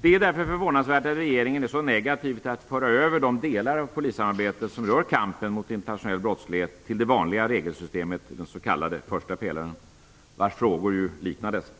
Det är därför förvånansvärt att regeringen är så negativ till att föra över de delar av polissamarbetet som rör kampen mot internationell brottslighet till det vanliga regelsystemet i den s.k. första pelaren, vars frågor liknar dessa.